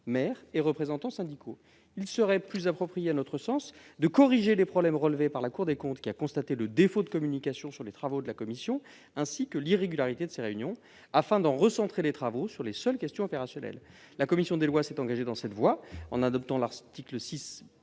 maires et représentants syndicaux. Il nous semblerait plus approprié de corriger les problèmes relevés par la Cour des comptes, qui a constaté le défaut de communication sur les travaux de la commission, ainsi que l'irrégularité de ses réunions, afin d'en recentrer les travaux sur les seules questions opérationnelles. La commission des lois s'est engagée dans cette voie en adoptant l'article 6